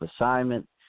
assignment